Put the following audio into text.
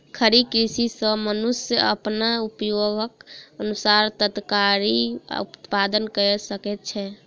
खड़ी कृषि सॅ मनुष्य अपन उपयोगक अनुसार तरकारी उत्पादन कय सकै छै